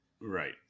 Right